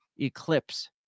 eclipse